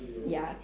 ya